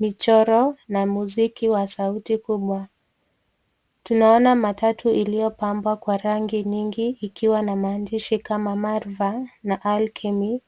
michoro na muziki wa sauti kubwa. Tunaona matatu iliyopambwa kwa rangi nyingi ikiwa na maandishi kama Malva na Alchemy.